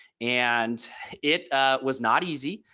and it was not easy.